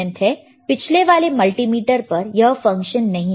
पिछले वाले मल्टीमीटर पर यह फंक्शन नहीं था